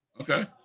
Okay